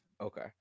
Okay